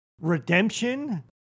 redemption